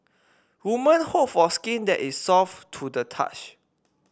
women hope for skin that is soft to the touch